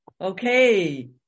Okay